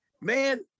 man